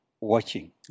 watching